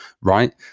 Right